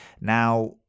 now